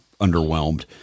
underwhelmed